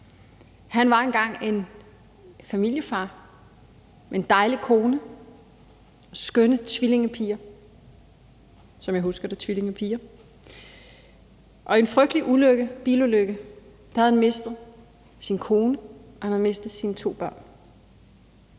Han var engang en familiefar med en dejlig kone og to skønne piger, som jeg husker det, var det tvillingepiger – og i en frygtelig bilulykke havde han mistet sin kone og sin to børn,